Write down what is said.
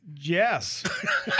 Yes